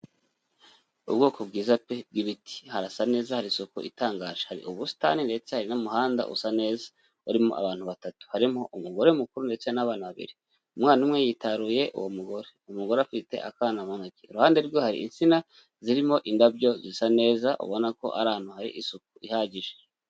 Ubwoko bwiza pe bw'ibiti. Harasa neza hari isuku itangaje. Hari ubusitani ndetse hari n'umuhanda usa neza. Urimo abantu batatu. Harimo umugore mukuru ndetse n'abana babiri. Umwana umwe yitaruye uwo mugore. Umugore afite akana mu ntoki. Iruhande rwe hari insina zirimo indabyo zisa neza, ubona ko ari ahantu hari isuku ihagije.